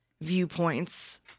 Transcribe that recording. viewpoints